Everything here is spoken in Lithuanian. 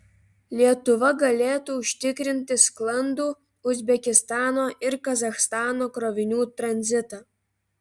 lietuva galėtų užtikrinti sklandų uzbekistano ir kazachstano krovinių tranzitą